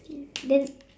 then